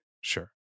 Sure